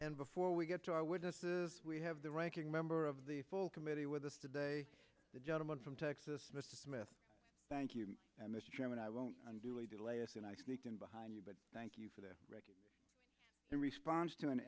and before we get to our witnesses we have the ranking member of the full committee with us today the gentleman from texas mrs smith thank you mr chairman i won't do a delay in behind you but thank you for the record in response to an